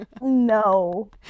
no